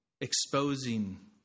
exposing